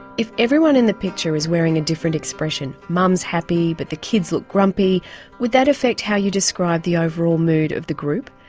if everyone in the picture is wearing a different expression mum's happy but the kids look grumpy would that affect how you describe the overall mood of the group?